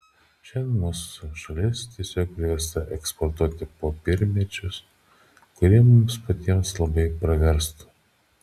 šiandien mūsų šalis tiesiog priversta eksportuoti popiermedžius kurie mums patiems labai praverstų